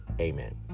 Amen